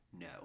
No